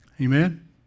Amen